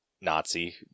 Nazi